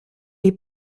est